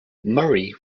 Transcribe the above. murray